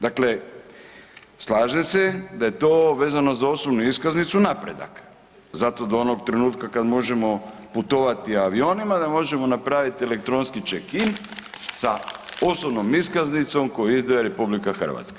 Dakle, slažem se da je to vezano za osobnu iskaznicu napredak, zato do onog trenutka kad možemo putovati avionima da možemo napraviti elektronski check-in sa osobnom iskaznicom koju izdaje RH.